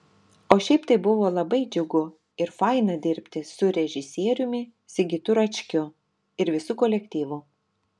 o šiaip tai buvo labai džiugu ir faina dirbti su režisieriumi sigitu račkiu ir visu kolektyvu